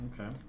okay